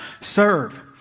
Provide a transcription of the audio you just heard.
serve